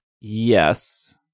Yes